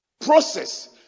Process